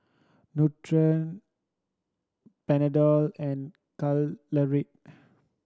Nutren Panadol and Caltrate